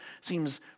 seems